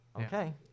Okay